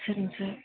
சரிங்க சார்